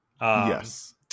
Yes